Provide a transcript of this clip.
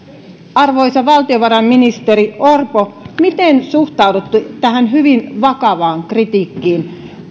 arvoisa valtiovarainministeri orpo miten suhtaudutte tähän talouspolitiikan arviointineuvoston hyvin vakavaan kritiikkiin